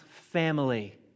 family